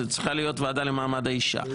זו צריכה להיות הוועדה למעמד האישה,